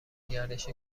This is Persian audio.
گردش